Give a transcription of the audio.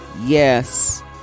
yes